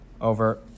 Over